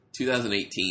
2018